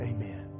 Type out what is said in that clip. Amen